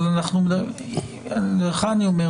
אבל לך אני אומר,